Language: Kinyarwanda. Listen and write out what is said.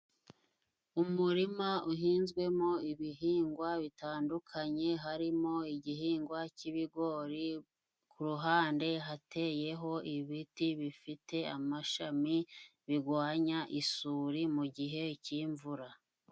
Umurima uhinzwemo ibihingwa bitandukanye, harimo igihingwa cy'ibigori kuruhande hateyeho ibiti bifite amashami bigwanya isuri mu gihe cy'imvura.